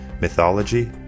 mythology